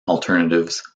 alternatives